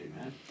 Amen